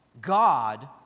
God